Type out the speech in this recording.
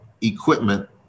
equipment